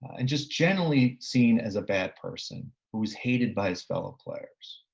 and just generally seen as a bad person who was hated by his fellow players.